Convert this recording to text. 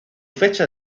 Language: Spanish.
fecha